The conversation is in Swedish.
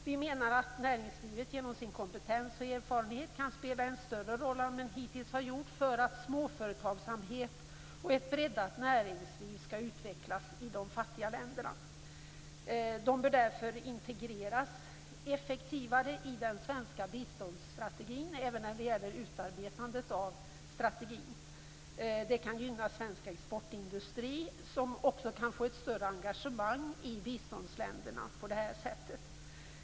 Vi menar att näringslivet genom sin kompetens och erfarenhet kan spela en större roll än hittills för att småföretagsamhet och ett breddat näringsliv skall utvecklas i de fattiga länderna. De bör därför integreras effektivare i den svenska biståndsstrategin, även vid utarbetandet av denna strategi. Detta kan gynna svensk exportindustri, som på det här sättet kan få ett större engagemang i biståndsländerna.